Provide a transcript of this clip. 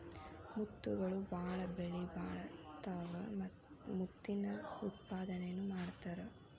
ಮುತ್ತುಗಳು ಬಾಳ ಬೆಲಿಬಾಳತಾವ ಮುತ್ತಿನ ಉತ್ಪಾದನೆನು ಮಾಡತಾರ